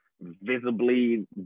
visibly